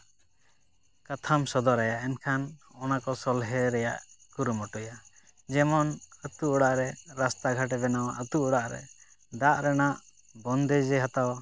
ᱠᱟᱛᱷᱟᱢ ᱥᱚᱫᱚᱨᱟᱭᱟ ᱮᱱᱠᱷᱟᱱ ᱚᱱᱟ ᱠᱚ ᱥᱚᱞᱦᱮ ᱨᱮᱭᱟᱜ ᱠᱩᱨᱩᱢᱩᱴᱩᱭᱟ ᱡᱮᱢᱚᱱ ᱟᱛᱳ ᱚᱲᱟᱜ ᱨᱮ ᱨᱟᱥᱛᱟ ᱜᱷᱟᱴᱮ ᱵᱮᱱᱟᱣᱟ ᱟᱛᱳ ᱚᱲᱟᱜ ᱨᱮ ᱫᱟᱜ ᱨᱮᱱᱟᱜ ᱵᱚᱱᱫᱮᱡᱮ ᱦᱟᱛᱟᱣᱟ